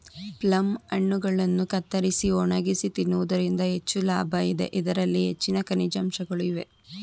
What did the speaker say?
plum ಹಣ್ಣುಗಳನ್ನು ಕತ್ತರಿಸಿ ಒಣಗಿಸಿ ತಿನ್ನುವುದರಿಂದ ಹೆಚ್ಚು ಲಾಭ ಇದೆ, ಇದರಲ್ಲಿ ಹೆಚ್ಚಿನ ಖನಿಜಾಂಶಗಳು ಇವೆ